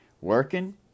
working